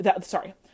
sorry